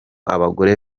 abagore